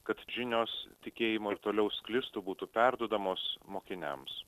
kad žinios tikėjimo ir toliau sklistų būtų perduodamos mokiniams